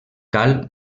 cal